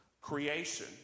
creation